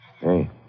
Hey